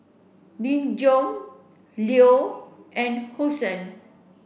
Nin Jiom Leo and Hosen